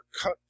cut